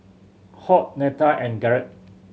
Hoyt Netta and Garret